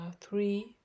Three